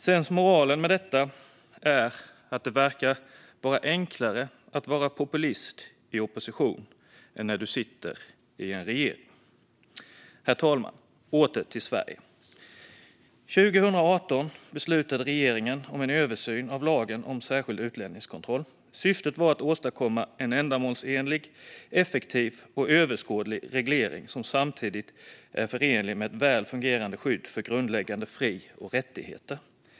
Sensmoralen är att det verkar vara enklare att vara populist i opposition än när man sitter i en regering. Herr talman! Åter till Sverige. År 2018 beslutade regeringen om en översyn av lagen om särskild utlänningskontroll. Syftet var att åstadkomma en ändamålsenlig, effektiv och överskådlig reglering som samtidigt är förenlig med ett väl fungerande skydd för grundläggande fri och rättigheter.